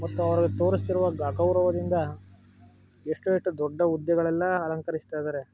ಮತ್ತು ಅವರಿಗೆ ತೋರಿಸ್ತಿರುವ ಅಗೌರವದಿಂದ ಎಷ್ಟೋ ಎಷ್ಟೋ ದೊಡ್ಡ ಹುದ್ದೆಗಳೆಲ್ಲ ಅಲಂಕರಿಸ್ತಾ ಇದಾರೆ